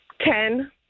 ten